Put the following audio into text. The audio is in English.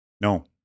no